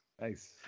Nice